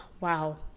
Wow